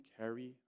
carry